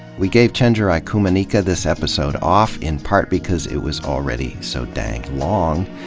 we gave chenjerai kumanyika this episode off, in part because it was already so dang long,